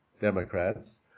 Democrats